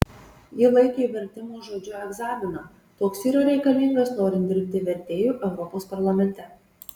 ji laikė vertimo žodžiu egzaminą toks yra reikalingas norint dirbti vertėju europos parlamente